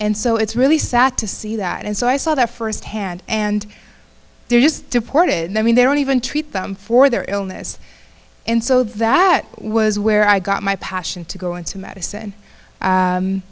and so it's really sad to see that and so i saw that firsthand and they're just deported i mean their own even treat them for their illness and so that was where i got my passion to go into medicine